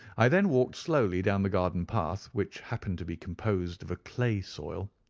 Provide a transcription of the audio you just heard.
i then walked slowly down the garden path, which happened to be composed of a clay soil,